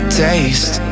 taste